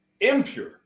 impure